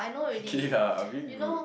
kidding ah a bit rude